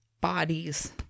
Bodies